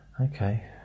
Okay